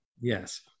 Yes